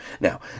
Now